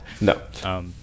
No